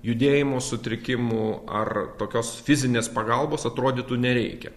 judėjimo sutrikimų ar tokios fizinės pagalbos atrodytų nereikia